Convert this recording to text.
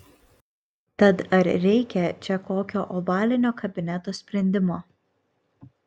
tad ar reikia čia kokio ovalinio kabineto sprendimo